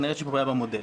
כנראה שיש בעיה במודל.